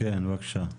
כן, בקשה.